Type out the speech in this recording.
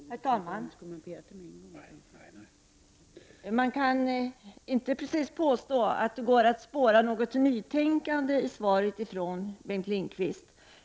Herr talman! Man kan inte precis påstå att det går att spåra något nytänkande i svaret från Bengt Lindqvist.